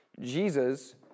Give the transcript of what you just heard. Jesus